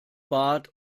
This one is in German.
bat